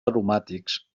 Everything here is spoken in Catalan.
aromàtics